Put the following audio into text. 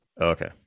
Okay